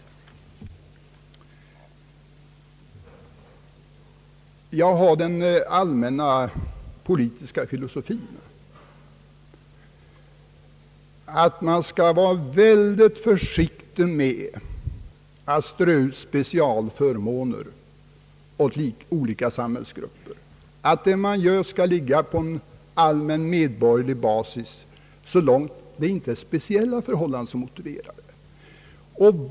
Jag hyllar den allmänna politiska filosofin att man bör vara mycket försiktig med att strö ut specialförmåner på olika samhällsgrupper. Förmånerna skall ligga på en allmän medborgerlig basis — så länge inte speciella förhållanden motiverar något annat.